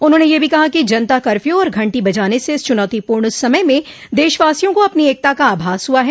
उन्होंने यह भी कहा कि जनता कर्फ्यू और घंटी बजाने से इस चुनौतीपूर्ण समय में देशवासियों को अपनी एकता का आभास हुआ है